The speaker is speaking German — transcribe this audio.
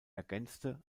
ergänzte